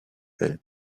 will